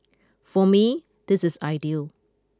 for me this is ideal